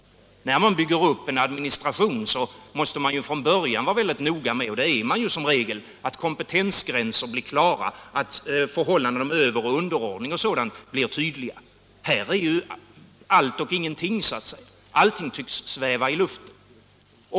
När man bygger upp en administration måste man från början vara noga med — och det är man som regel — att kompetensgränserna blir klara, att bestämmelserna om överoch underordning m.m. blir tydliga. Här är det så att säga allt och ingenting — allt tycks sväva i luften.